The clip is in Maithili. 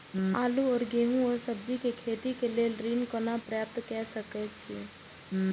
आलू और गेहूं और सब्जी के खेती के लेल ऋण कोना प्राप्त कय सकेत छी?